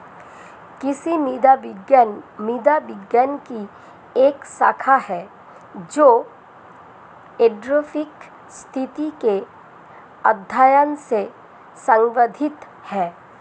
कृषि मृदा विज्ञान मृदा विज्ञान की एक शाखा है जो एडैफिक स्थिति के अध्ययन से संबंधित है